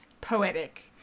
Poetic